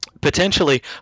potentially